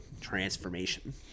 transformation